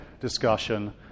discussion